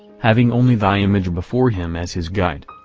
having only thy image before him as his guide.